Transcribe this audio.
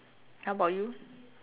how about you